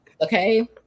Okay